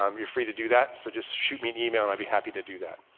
um you're free to do that. so just shoot me an email and i'd be happy to do that.